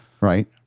Right